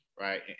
right